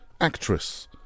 actress